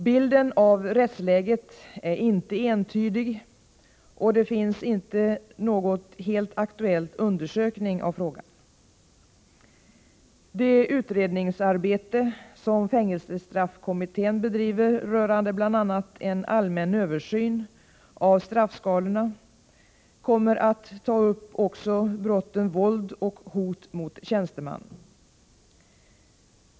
Bilden av rättsläget är inte entydig, och det finns inte någon helt aktuell undersökning av frågan. Det utredningsarbete som fängelsestraffkommittén bedriver rörande bl.a. en allmän översyn av straffskalorna kommer att ta upp också brotten våld och hot mot tjänsteman.